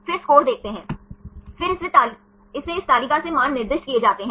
अब सफेद क्षेत्र में वे पूरी तरह से अस्वीकृत क्षेत्र हैं